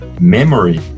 memory